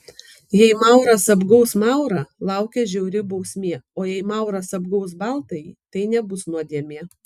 jei mauras apgaus maurą laukia žiauri bausmė o jei mauras apgaus baltąjį tai nebus nuodėmė